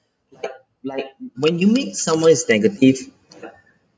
like like when you meet someone is negative